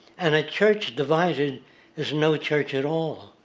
and a church divided is no church at all.